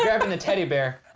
grabbing the teddy bear!